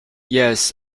yes